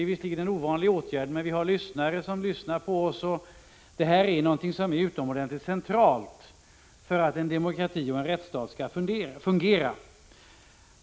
Det är en ovanlig åtgärd, men vi har åhörare som lyssnar på oss, och det jag tänker läsa upp är något utomordentligt centralt för att en demokrati och rättsstat skall fungera.